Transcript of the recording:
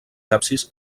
absis